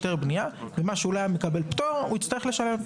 היתר בנייה והיכן שאין פטור הוא יצטרך לשלם.